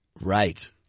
Right